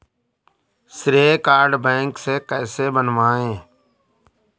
श्रेय card bank से कैसे बनवाएं?